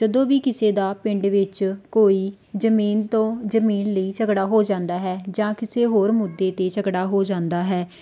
ਜਦੋਂ ਵੀ ਕਿਸੇ ਦਾ ਪਿੰਡ ਵਿੱਚ ਕੋਈ ਜ਼ਮੀਨ ਤੋਂ ਜ਼ਮੀਨ ਲਈ ਝਗੜਾ ਹੋ ਜਾਂਦਾ ਹੈ ਜਾਂ ਕਿਸੇ ਹੋਰ ਮੁੱਦੇ 'ਤੇ ਝਗੜਾ ਹੋ ਜਾਂਦਾ ਹੈ